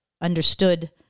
understood